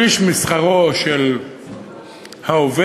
שליש משכרו של העובד,